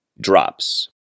drops